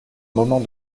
moment